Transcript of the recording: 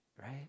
right